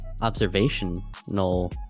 observational